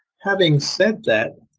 having said that,